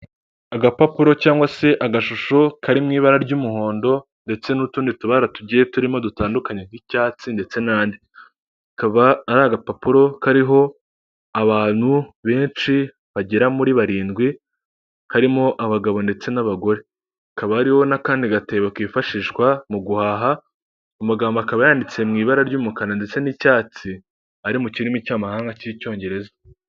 Agapapuro cyangwa se agashusho kari mu ibara ry'umuhondo ndetse n'utundi tubara tugiye turimo dutandukanye nk'icyatsi ndetse n'andi, akaba ari agapapuro kariho abantu benshi bagera muri barindwi harimo abagabo ndetse n'abagore hakaba hariho n'akandi gatebo kifashishwa mu guhaha amagambo akaba yanditse mu ibara ry'umukara ndetse n'icyatsi ari mu kirimi cy'amahanga cy'icyongereza.